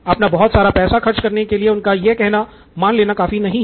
अपना बहुत सारा पैसा खर्च करने के लिए उनका यह कहना मान लेना काफी नहीं है